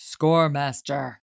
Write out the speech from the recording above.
Scoremaster